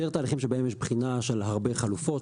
יותר תהליכים שבהם יש בחינה של הרבה חלופות.